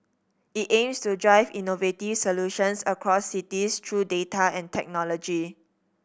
it aims to drive innovative solutions across cities through data and technology